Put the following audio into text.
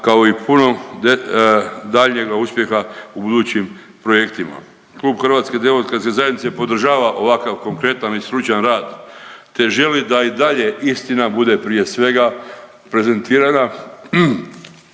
kao i punog daljnjega uspjeha u budućim projektima. Klub Hrvatske demokratske zajednice podržava ovakav konkretan i stručan rad, te želi da i dalje istina bude prije svega prezentirana